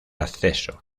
acceso